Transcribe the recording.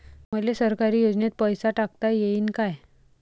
मले सरकारी योजतेन पैसा टाकता येईन काय?